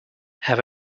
have